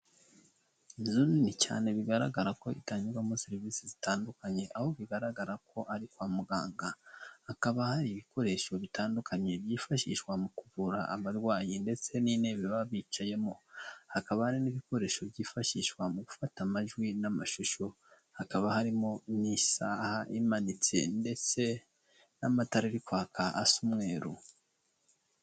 Inzu nini cyane bigaragara ko itangirwamo serivisi zitandukanye aho bigaragara ko ari kwa muganga hakaba hari ibikoresho bitandukanye byifashishwa mu kuvura abarwayi ndetse n'intebe baba bicayemo, hakaba hari n'ibikoresho byifashishwa mu gufata amajwi n'amashusho hakaba harimo n'isaha imanitse ndetse n'amatara ari kwaka asa umweru.